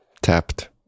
tapped